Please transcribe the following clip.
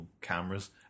cameras